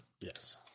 Yes